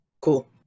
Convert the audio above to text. Cool